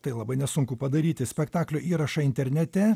tai labai nesunku padaryti spektaklio įrašą internete